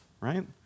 right